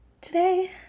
Today